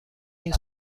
این